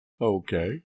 Okay